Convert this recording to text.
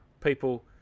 people